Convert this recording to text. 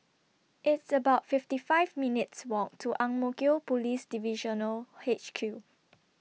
It's about fifty five minutes' Walk to Ang Mo Kio Police Divisional H Q